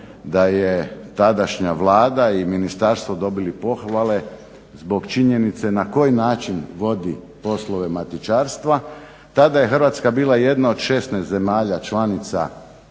da je tadašnja Vlada i ministarstvo dobili pohvale zbog činjenice na koji način vodi poslove matičarstva, tada je Hrvatska bila jedna od 16 zemalja članica, ostalih